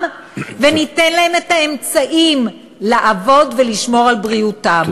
וניתן להם את האמצעים לעבוד ולשמור על בריאותם,